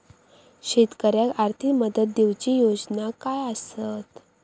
शेतकऱ्याक आर्थिक मदत देऊची योजना काय आसत?